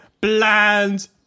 Bland